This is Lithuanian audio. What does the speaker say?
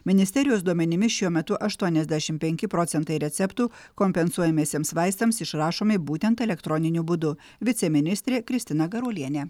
ministerijos duomenimis šiuo metu aštuoniasdešim penki procentai receptų kompensuojamiesiems vaistams išrašomi būtent elektroniniu būdu viceministrė kristina garuolienė